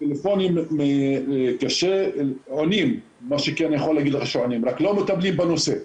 אני יכול להגיד לך שעונים, רק לא מטפלים בנושא.